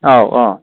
औ औ